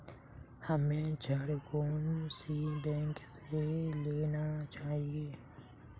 हमें ऋण कौन सी बैंक से लेना चाहिए?